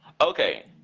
okay